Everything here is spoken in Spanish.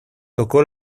tocó